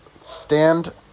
stand